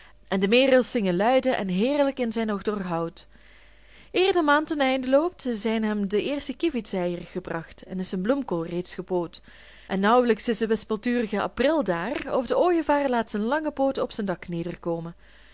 en de merels zingen luide en heerlijk in zijn nog dor hout eer de maand ten einde loopt zijn hem de eerste kievits eieren gebracht en is zijn bloemkool reeds gepoot en nauwelijks is de wispelturige april daar of de ooievaar laat zijn lange pooten op zijn dak